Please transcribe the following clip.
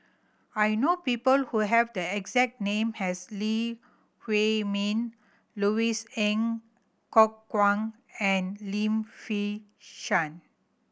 I know people who have the exact name as Lee Huei Min Louis Ng Kok Kwang and Lim Fei Shen